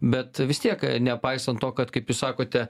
bet vis tiek nepaisant to kad kaip jūs sakote